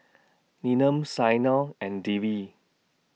Neelam Saina and Devi